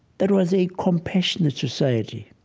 that was a compassionate society,